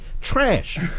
Trash